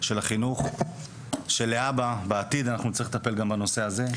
החינוך וחשוב לי לציין שבעתיד נצטרך לטפל גם בנושא הזה.